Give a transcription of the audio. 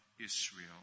Israel